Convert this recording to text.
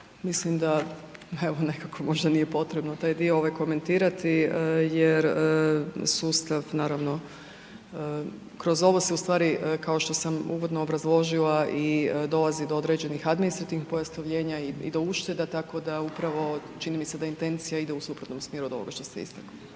mislim da evo nekako možda nije potrebno taj dio komentirati jer sustav naravno, kroz ovo se ustvari kao što sam uvodno obrazložila i dolazi do određenih administrativnih .../Govornik se ne razumije./... i do ušteda, tako da upravo čini mi se da intencija ide u suprotnom smjeru od ovoga što ste istakli.